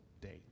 day